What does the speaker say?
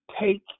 take